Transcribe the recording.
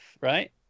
right